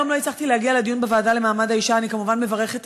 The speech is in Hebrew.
היום לא הצלחתי להגיע לדיון בוועדה למעמד האישה,